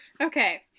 okay